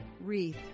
wreath